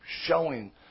showing